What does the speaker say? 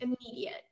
immediate